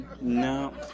no